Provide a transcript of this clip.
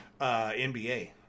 NBA